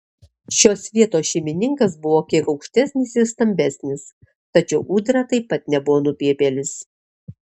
šios vietos šeimininkas buvo kiek aukštesnis ir stambesnis tačiau ūdra taip pat nebuvo nupiepėlis